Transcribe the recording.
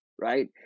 right